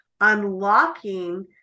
unlocking